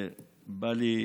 ובא לי,